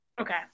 okay